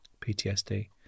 PTSD